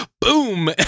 Boom